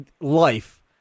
life